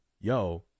yo